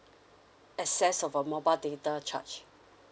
excess of a mobile data charge